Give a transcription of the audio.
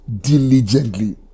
diligently